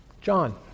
John